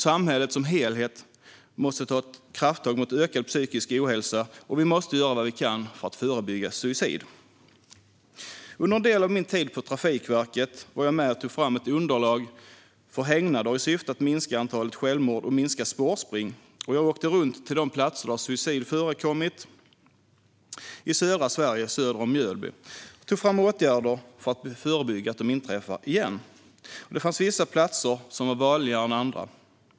Samhället som helhet måste ta ett krafttag mot ökad psykisk ohälsa, och vi måste göra vad vi kan för att förebygga suicid. Under en del av min tid på Trafikverket var jag med och tog fram ett underlag för hägnader i syfte att minska antalet självmord och att minska spårspring. Jag åkte runt till de platser där suicid förekommit i södra Sverige, söder om Mjölby, och tog fram åtgärder för att förebygga att det inträffar igen. Det fanns vissa platser som var vanligare än andra.